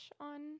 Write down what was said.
on